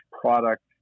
product